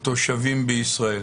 התושבים בישראל.